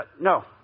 no